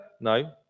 no